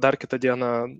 dar kitą dieną